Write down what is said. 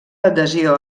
adhesió